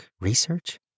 Research